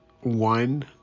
one